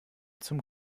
zum